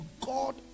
God